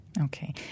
Okay